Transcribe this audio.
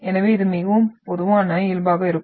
எனவே இது மிகவும் பொதுவான இயல்பாக இருக்கும்